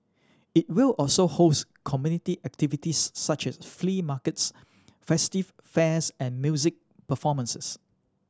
it will also host community activities such as flea markets festive fairs and music performances